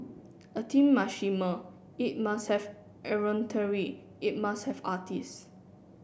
a team must shimmer it must have it must have artist